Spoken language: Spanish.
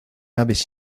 aves